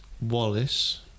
Wallace